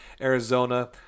Arizona